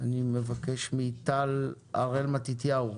אני מבקש מטל הראל מתתיהו,